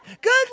Good